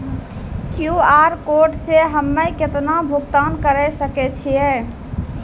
QR code से हम्मय केतना भुगतान करे सके छियै?